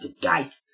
Guys